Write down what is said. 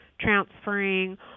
transferring